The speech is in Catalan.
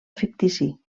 fictici